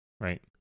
right